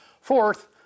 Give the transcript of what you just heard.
Fourth